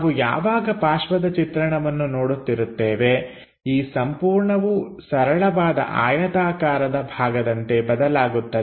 ನಾವು ಯಾವಾಗ ಪಾರ್ಶ್ವದ ಚಿತ್ರಣವನ್ನು ನೋಡುತ್ತಿರುತ್ತೇವೆ ಈ ಸಂಪೂರ್ಣವೂ ಸರಳವಾದ ಆಯತಾಕಾರದ ಭಾಗದಂತೆ ಬದಲಾಗುತ್ತದೆ